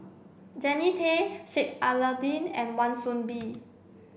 Jannie Tay Sheik Alau'ddin and Wan Soon Bee